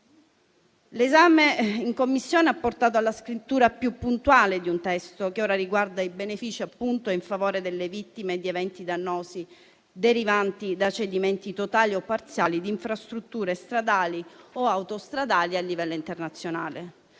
L'esame in Commissione ha portato alla scrittura più puntuale di un testo, che ora riguarda i benefici, a livello internazionale, in favore delle vittime di eventi dannosi derivanti da cedimenti totali o parziali di infrastrutture stradali o autostradali. L'oggetto del